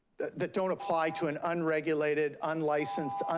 that don't apply to an unregulated, unlicensed,